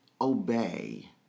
obey